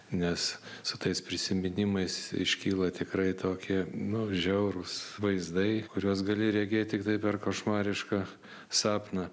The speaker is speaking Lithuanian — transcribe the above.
nes su tais prisiminimais iškyla tikrai toki nu žiaurūs vaizdai kuriuos gali regėt tiktai per košmarišką sapną